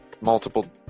multiple